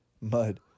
Mud